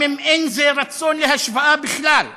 גם אם אין זה רצון להשוואה בכלל,